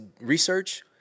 research